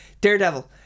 Daredevil